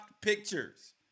pictures